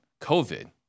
COVID